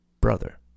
Brother